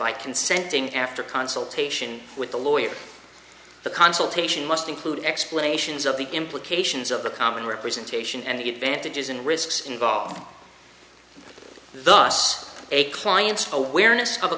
by consenting after consultation with the lawyer the consultation must include explanations of the implications of the common representation and you vantages and risks involved thus a client's awareness of a